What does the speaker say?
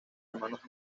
hermanos